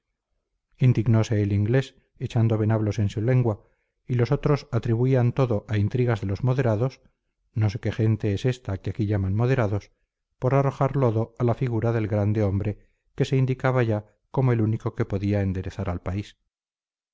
indignose el inglés echando venablos en su lengua y los otros atribuían todo a intrigas de los moderados no sé qué gente es esta que aquí llaman moderados por arrojar lodo a la figura del grande hombre que se indicaba ya como el único que podía enderezar al país